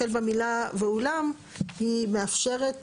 החל במילה "ואולם" היא מאפשרת